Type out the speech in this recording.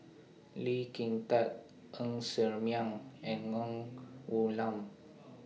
Lee Kin Tat Ng Ser Miang and Ng Woon Lam